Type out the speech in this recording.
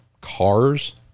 cars